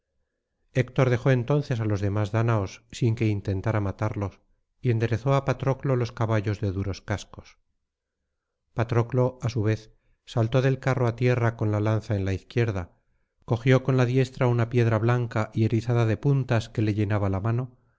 héctor dejó entonces á los demás dáñaos sin que intentara matarlos y enderezó á patroclo los caballos de duros cascos patroclo á su vez saltó del carro á tierra con la lanza en la izquierda cogió con la diestra una piedra blanca y erizada de puntas que le llenábala mano y